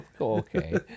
Okay